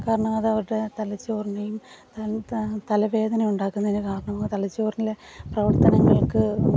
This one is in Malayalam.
കാരണം അത് അവരുടെ തലച്ചോറിനെയും തലവേദന ഉണ്ടാക്കുന്നതിന് കാരണമാണ് തലച്ചോറിലെ പ്രവർത്തനങ്ങൾക്ക്